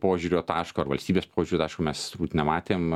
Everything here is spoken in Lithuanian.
požiūrio taško ar valstybės požiūrio taško mes turbūt nematėm